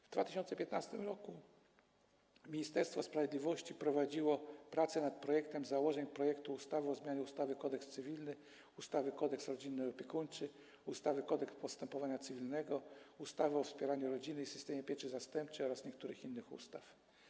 W 2015 r. Ministerstwo Sprawiedliwości prowadziło prace nad projektem założeń projektu ustawy o zmianie ustawy Kodeks cywilny, ustawy Kodeks rodzinny i opiekuńczy, ustawy Kodeks postępowania cywilnego, ustawy o wspieraniu rodziny i systemie pieczy zastępczej oraz niektórych innych ustaw.